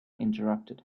interrupted